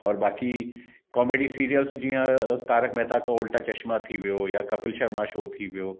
और बाक़ी comedy serials जीअं तारक मेहता का उल्टा चश्मा थी वियो या कपिल शर्मा शो थी वियो